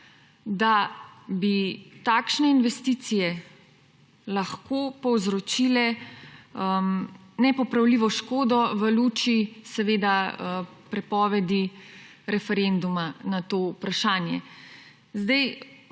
da bi takšne investicije lahko povzročile nepopravljivo škodo v luči prepovedi referenduma o tem vprašanju.